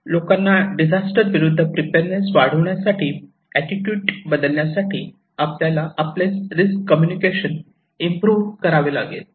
लोकांना डिझास्टर विरूद्ध प्रिपेअरनेस वाढविण्यासाठी एटीट्यूड बदलण्यासाठी आपल्याला आपलेच रिस्क कम्युनिकेशन मेकॅनिझम इंप्रो करावे लागेल